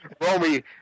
Romy